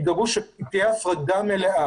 ידאגו שתהיה הפרדה מלאה.